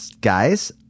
guys